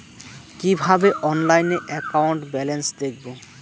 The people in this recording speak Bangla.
কিভাবে অনলাইনে একাউন্ট ব্যালেন্স দেখবো?